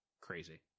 Crazy